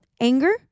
anger